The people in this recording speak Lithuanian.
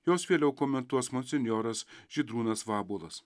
juos vėliau komentuos monsinjoras žydrūnas vabuolas